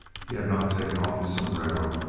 he had not taken off his sombrero.